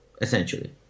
essentially